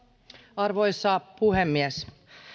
arvoisa puhemies